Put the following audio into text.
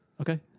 Okay